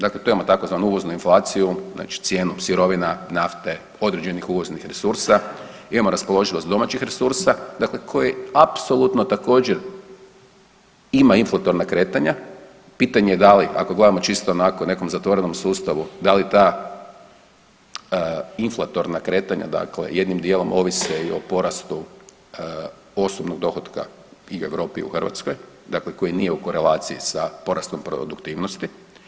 Dakle, tu imamo tzv. uvoznu inflaciju znači cijenu sirovina, nafte, određenih uvoznih resursa, imamo raspoloživost domaćih resursa dakle koji apsolutno također ima inflatorna kretanja, pitanje je da li ako gledamo čisto onako u nekom zatvorenom sustavu da li ta inflatorna kretanja dakle jednim dijelom ovise i o porastu osobnog dohotka i u Europi i u Hrvatskoj, dakle koji nije u korelaciji sa porastom produktivnosti.